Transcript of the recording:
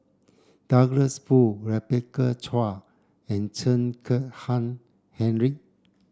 Douglas Foo Rebecca Chua and Chen Kezhan Henri